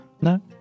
No